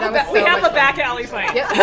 um we have a back alley fight. yeah.